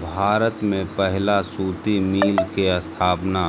भारत में पहला सूती मिल के स्थापना